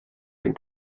den